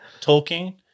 Tolkien